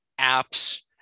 apps